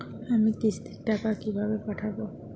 আমি কিস্তির টাকা কিভাবে পাঠাব?